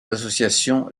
l’association